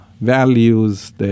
values